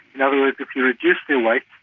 in other words if you reduce their like